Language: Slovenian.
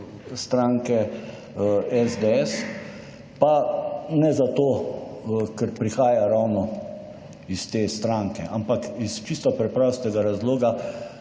stranke SDS, pa ne zato, ker prihaja ravno iz te stranke, ampak iz čisto preprostega razloga,